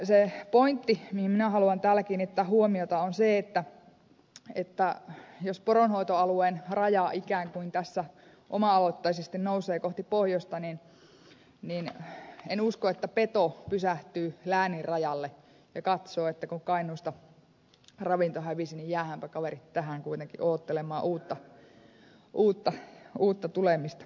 se pointti mihin minä haluan täällä kiinnittää huomiota on se että jos poronhoitoalueen raja ikään kuin tässä oma aloitteisesti nousee kohti pohjoista niin en usko että peto pysähtyy läänin rajalle ja katsoo että kun kainuusta ravinto hävisi niin jäädäänpä kaverit tähän kuitenkin odottelemaan uutta tulemista